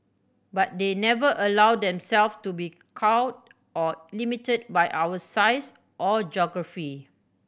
but they never allowed themself to be cowed or limited by our size or geography